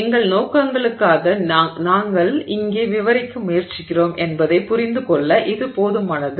எங்கள் நோக்கங்களுக்காக நாங்கள் இங்கே விவரிக்க முயற்சிக்கிறோம் என்பதைப் புரிந்து கொள்ள இது போதுமானது